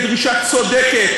והיא דרישה צודקת,